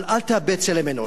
אבל אל תאבד צלם אנוש.